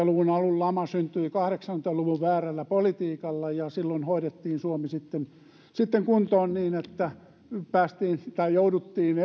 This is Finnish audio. luvun alun lama syntyi kahdeksankymmentä luvun väärällä politiikalla ja silloin hoidettiin suomi kuntoon niin että päästiin tai jouduttiin